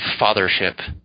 fathership